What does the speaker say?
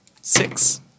Six